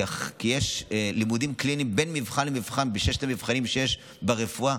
כי יש לימודים קליניים בין מבחן למבחן בששת המבחנים שיש ברפואה,